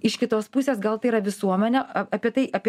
iš kitos pusės gal tai yra visuomenė apie tai apie